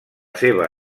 seva